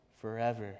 forever